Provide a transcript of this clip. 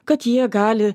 kad jie gali